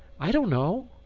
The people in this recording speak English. i don't know,